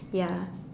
ya